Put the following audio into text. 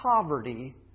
poverty